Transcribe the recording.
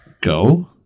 go